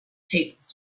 taped